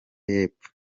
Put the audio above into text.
y’epfo